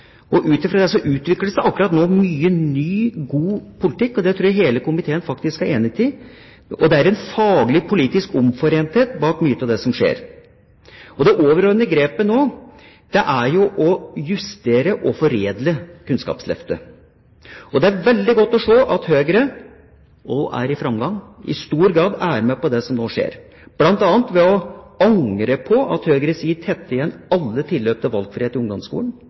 og åpen måte. Ut fra dette utvikles det akkurat nå mye ny, god politikk – det tror jeg hele komiteen faktisk er enig i. Det er en faglig politisk omforenthet bak mye av det som skjer. Det overordnede grepet nå er å justere og foredle Kunnskapsløftet. Det er veldig godt å se at Høyre også er i framgang og i stor grad er med på det som nå skjer, bl.a. ved å angre på at høyresiden tettet igjen alle tilløp til valgfrihet i ungdomsskolen,